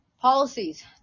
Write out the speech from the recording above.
Policies